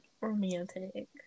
romantic